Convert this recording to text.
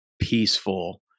peaceful